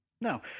No